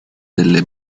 delle